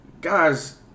guys